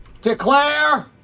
declare